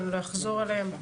אני לא אחזור עליהם,